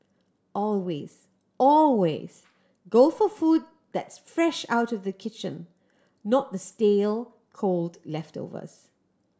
always always go for food that's fresh out of the kitchen not the stale cold leftovers